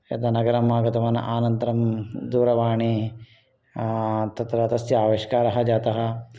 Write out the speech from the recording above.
यदा नगरम् आगतवान् अनन्तरं दूरवाणी तत्र तस्य आविष्कारः जातः